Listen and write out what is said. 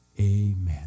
Amen